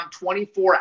24